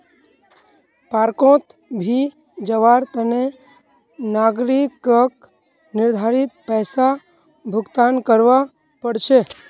पार्कोंत भी जवार तने नागरिकक निर्धारित पैसा भुक्तान करवा पड़ छे